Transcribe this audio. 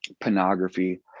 pornography